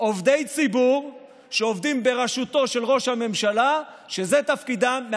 עובדי ציבור שעובדים בראשותו של ראש הממשלה וזה תפקידם,